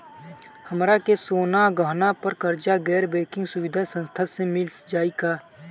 हमरा के सोना गहना पर कर्जा गैर बैंकिंग सुविधा संस्था से मिल जाई का?